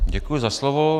Děkuji za slovo.